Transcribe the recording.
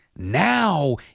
Now